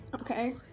Okay